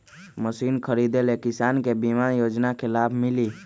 Machine खरीदे ले किसान के बीमा योजना के लाभ मिली?